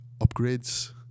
upgrades